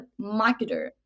marketer